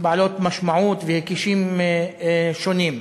בעלות משמעויות והיקשים שונים.